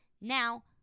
Now